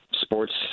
sports